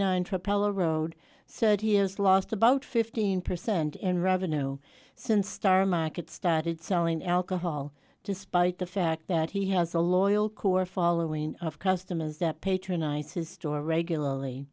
nine propellor road so he has lost about fifteen percent in revenue no since star markets started selling alcohol despite the fact that he has a loyal core following of customers that patronize his store regularly